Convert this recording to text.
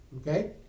okay